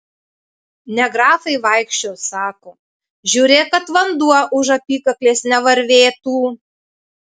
ne grafai vaikščios sako žiūrėk kad vanduo už apykaklės nevarvėtų